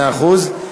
מאה אחוז.